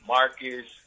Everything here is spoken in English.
Marcus